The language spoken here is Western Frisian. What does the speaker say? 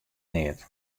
neat